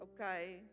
Okay